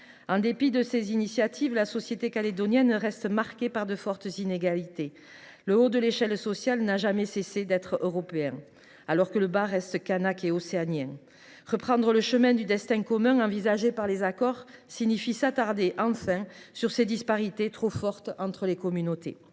En dépit de ces initiatives, la société néo calédonienne reste marquée par de fortes inégalités. Le haut de l’échelle sociale n’a jamais cessé d’être européen, alors que le bas de celle ci reste kanak et océanien. Avancer de nouveau vers le destin commun envisagé dans les accords suppose de s’attarder, enfin, sur les disparités trop fortes entre les communautés.